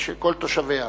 של כל תושביה.